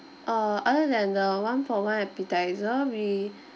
uh other than the one for one appetiser we